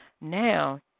Now